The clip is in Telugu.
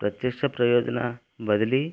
ప్రత్యక్ష ప్రయోజన బదిలీ